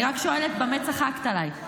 אני רק שואלת, במה צחקת עליי?